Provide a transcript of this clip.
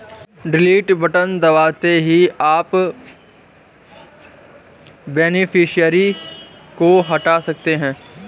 delete button दबाते ही आप बेनिफिशियरी को हटा सकते है